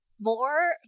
more